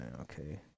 Okay